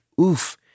oof